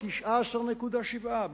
19.7,